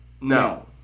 No